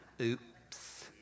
Oops